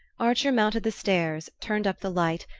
archer mounted the stairs, turned up the light,